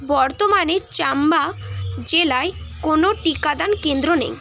বর্তমানে চাম্বা জেলায় কোনও টিকাদান কেন্দ্র নেই